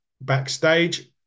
backstage